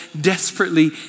desperately